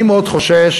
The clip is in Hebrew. אני מאוד חושש.